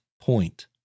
point